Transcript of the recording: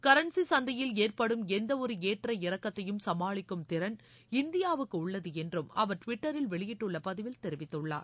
currency சந்தையில் ஏற்படும் எந்த ஒரு ஏற்ற இறக்கத்தையும் சமாளிக்கும் திறன் இந்தியாவுக்கு உள்ளது என்றும் அவர் டிவிட்டரில் வெளியிட்டுள்ள பதிவில் தெரிவித்துள்ளார்